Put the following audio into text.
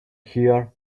here